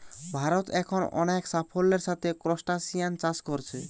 ভারত এখন অনেক সাফল্যের সাথে ক্রস্টাসিআন চাষ কোরছে